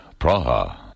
Praha